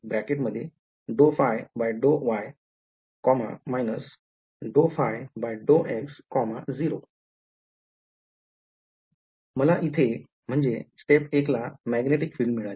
हा jωμ0 ∂ϕ∂y −∂ϕ∂x 0 मला इथे म्हणजे स्टेप १ ला मॅग्नेटिक फील्ड मिळाली